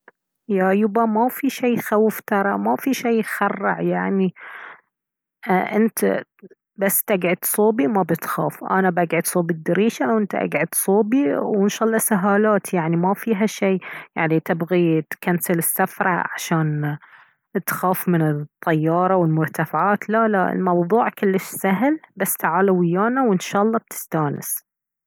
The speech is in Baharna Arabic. يا يوبا ما في شي يخوف ترى ما في شي يخرع يعني ايه انت بس تقعد صوبي ما بتخاف انا بقعد صوب الدريشة وانت اقعد صوبي وان شاء الله سهالات يعني ما فيها شي يعني تبغي تكنسل السفرة عشان تخاف من الطيارة والمرتفعات لا لا الموضوع كلش سهل بس تعال ويانا وان شاء الله بتستانس